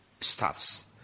staffs